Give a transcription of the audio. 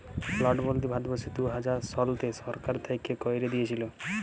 লটবল্দি ভারতবর্ষে দু হাজার শলতে সরকার থ্যাইকে ক্যাইরে দিঁইয়েছিল